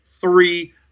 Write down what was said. Three